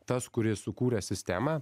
tas kuris sukūrė sistemą